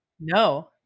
No